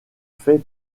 faits